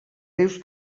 rius